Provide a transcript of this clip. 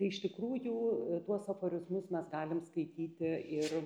tai iš tikrųjų tuos aforizmus mes galim skaityti ir